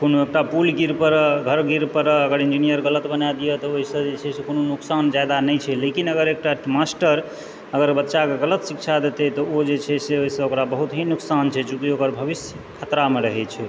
कोनो एकटा पूल गिर पड़ै घर गिर पड़ै अगर इन्जीनियर गलत बनाए दियऽ तऽ ओहिसँ जे छै से कोनो नुकसान जादा नहि छै लेकिन अगर एकटा मास्टर अगर बच्चाकेँ गलत शिक्षा देतै तऽ ओ जे छै से ओहिसँ ओकरा बहुत ही नुकसान छै चुँकि ओकर भविष्य खतरामे रहै छै